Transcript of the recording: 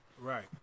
right